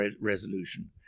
resolution